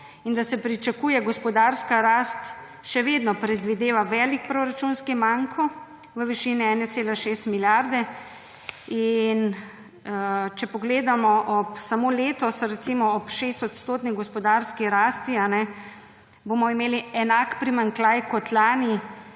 in da se pričakuje gospodarska rast, še vedno predvideva velik proračunski manko v višini 1,6 milijarde. Če pogledamo samo letos, recimo, ob 6-odstotni gospodarski rasti bomo imeli enak primanjkljaj kot lani,